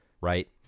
Right